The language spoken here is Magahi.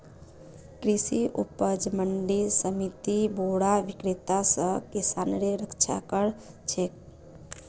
कृषि उपज मंडी समिति बोरो विक्रेता स किसानेर रक्षा कर छेक